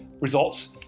results